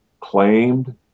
claimed